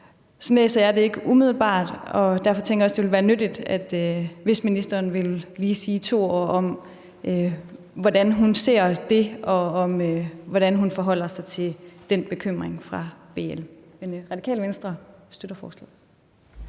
Sådan læser jeg det ikke umiddelbart, og derfor tænker jeg også, at det vil være nyttigt, hvis ministeren vil sige bare to ord om, hvordan hun ser på det, og hvordan hun forholder sig til BL's bekymring. Men Radikale Venstre støtter forslaget.